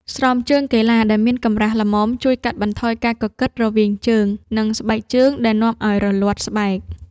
ស្រោមជើងកីឡាដែលមានកម្រាស់ល្មមជួយកាត់បន្ថយការកកិតរវាងជើង និងស្បែកជើងដែលនាំឱ្យរលាត់ស្បែក។